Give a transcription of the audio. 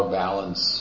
balance